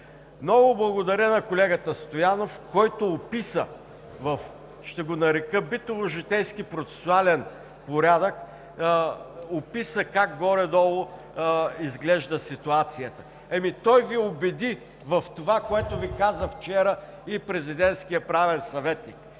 Много благодаря на колегата Стоянов, който описа – ще го нарека „битово житейски процесуален порядък“, как горе-долу изглежда ситуацията. Той Ви убеди в това, което Ви каза вчера и президентският правен съветник